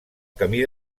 camí